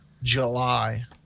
july